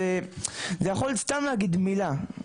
זה יכול סתם להגיד מילה,